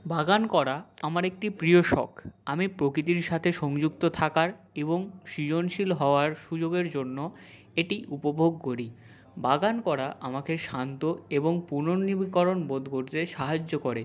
বাগান করা আমার একটি প্রিয় শখ আমি প্রকৃতির সাথে সংযুক্ত থাকার এবং সৃজনশীল হওয়ার সুযোগের জন্য এটি উপভোগ করি বাগান করা আমাকে শান্ত এবং পুনর্নবীকরণ বোধ করতে সাহায্য করে